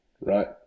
right